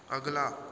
ਅਗਲਾ